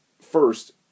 first